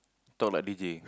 talk like D_J